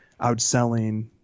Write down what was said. outselling